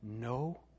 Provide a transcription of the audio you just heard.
No